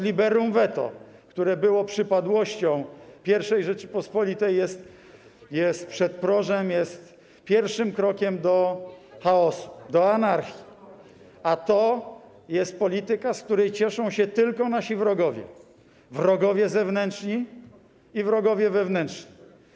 Liberum veto, które było przypadłością I Rzeczypospolitej, jest przedprożem, jest pierwszym krokiem do chaosu, do anarchii, a to jest polityka, z której cieszą się tylko nasi wrogowie, wrogowie zewnętrzni i wrogowie wewnętrzni.